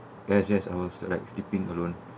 yes yes I was like sleeping alone